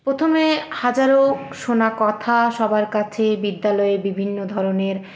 প্রথমে হাজারো শোনা কথা সবার কাছে বিদ্যালয়ে বিভিন্ন ধরনের